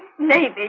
made